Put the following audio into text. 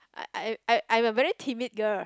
I I'm I I'm I'm a very timid girl